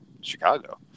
Chicago